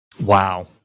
Wow